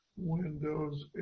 Windows